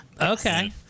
okay